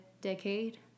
decade